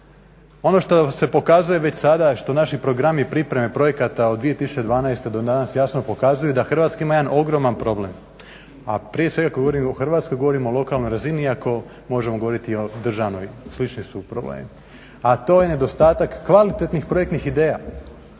Ono što se pokazuje već sada, što naši programi pripreme projekata u 2012. do danas jasno pokazuju da Hrvatska ima jedan ogroman problem, a prije svega govorim u Hrvatskoj, govorim o lokalnoj razini iako možemo govoriti i o državnoj, slični su problemi, a to je nedostatak kvalitetnih projektnih ideja.